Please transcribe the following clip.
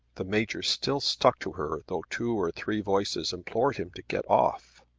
the major still stuck to her though two or three voices implored him to get off.